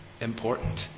important